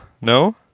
No